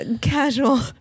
casual